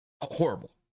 horrible